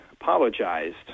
apologized